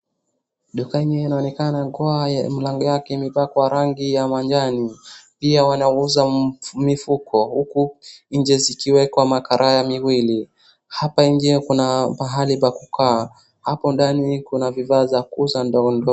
Duka hii inaonekanakuwa mlango yake imepakwa rangi ya majani. Pia wanauza mifuko huku nje zikiwekwa makarai miwili. Hapa inginepana apahali pa kukaa. Hapo ndani kuna vifaa vya kuuza ndogo ndogo.